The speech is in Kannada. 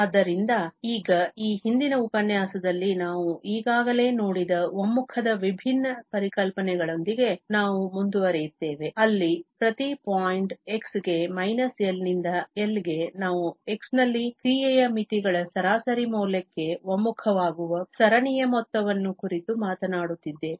ಆದ್ದರಿಂದ ಈಗ ಈ ಹಿಂದಿನ ಉಪನ್ಯಾಸದಲ್ಲಿ ನಾವು ಈಗಾಗಲೇ ನೋಡಿದ ಒಮ್ಮುಖದ ವಿಭಿನ್ನ ಪರಿಕಲ್ಪನೆಗಳೊಂದಿಗೆ ನಾವು ಮುಂದುವರಿಯುತ್ತೇವೆ ಅಲ್ಲಿ ಪ್ರತಿ ಪಾಯಿಂಟ್ x ಗೆ −L ನಿಂದ L ಗೆ ನಾವು x ನಲ್ಲಿ ಕ್ರಿಯೆಯ ಮಿತಿಗಳ ಸರಾಸರಿ ಮೌಲ್ಯಕ್ಕೆ ಒಮ್ಮುಖವಾಗುವ ಸರಣಿಯ ಮೊತ್ತವನ್ನು ಕುರಿತು ಮಾತನಾಡುತ್ತಿದ್ದೇವೆ